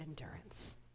endurance